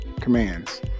commands